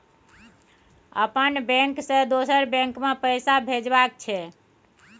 अपन बैंक से दोसर बैंक मे पैसा भेजबाक छै?